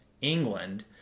England